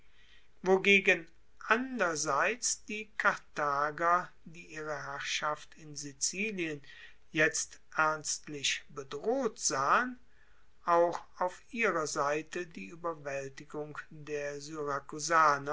wogegen anderseits die karthager die ihre herrschaft in sizilien jetzt ernstlich bedroht sahen auch auf ihrer seite die ueberwaeltigung der